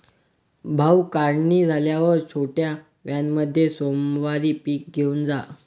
भाऊ, काढणी झाल्यावर छोट्या व्हॅनमध्ये सोमवारी पीक घेऊन जा